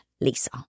Lisa